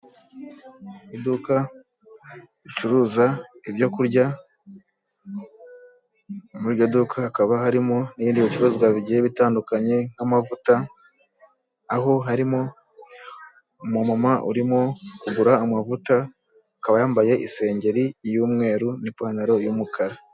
Iduka ricuruza ibyo kurya muri iryo duka, hakaba harimo n'ibindi bicuruzwa bigiye bitandukanye, nk'amavuta aho harimo umumama urimo kugura amavuta, akaba yambaye isengeri y'umweru n'ipantaro y'umukara.